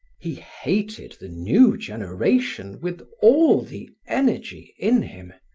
he hated the new generation with all the energy in him.